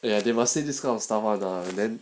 !aiya! they must say this kind of stuff [one] ah then